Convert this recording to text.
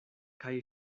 kaj